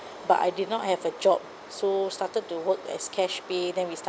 but I did not have a job so started to work as cash pay then we start